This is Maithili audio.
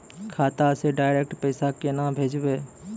खाता से डायरेक्ट पैसा केना भेजबै?